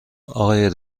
آقای